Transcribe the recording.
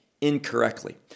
incorrectly